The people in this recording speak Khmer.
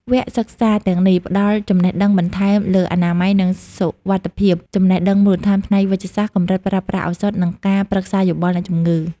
វគ្គសិក្សាទាំងនេះផ្ដល់ចំណេះដឹងបន្ថែមលើ អនាម័យ និងសុវត្ថិភាព ចំណេះដឹងមូលដ្ឋានផ្នែកវេជ្ជសាស្ត្រ កម្រិតប្រើប្រាស់ឱសថ និងការប្រឹក្សាយោបល់អ្នកជំងឺ។